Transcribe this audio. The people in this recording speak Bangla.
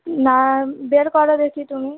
না বের করো দেখি তুমি